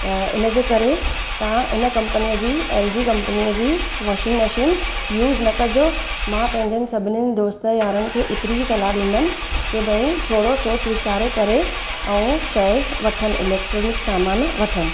त हिनजे करे तव्हां हिन कंपनिअ जी एलजी कंपनिअ जी वॉशिंग मशीन यूज़ न कॼो मां पैंजे सभिनी दोस्तनि यारनि खे एतिरी ई सलाहु ॾींदमि की भई सोच वीचारे करे ऐं शइ वठनि इलेक्ट्रोनिक सामान वठनि